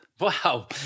wow